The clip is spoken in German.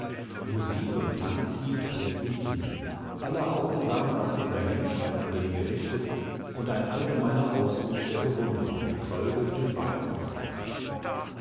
musik und tanz hielt plötzlich inne aller augen waren auf den dahinschreitenden gerichtet und ein allgemeiner ausruf der bewunderung scholl durch den weiten raum